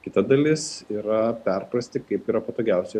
kita dalis yra perprasti kaip yra patogiausia